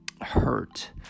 hurt